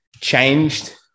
changed